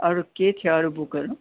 अरू के छ अरू बुकहरू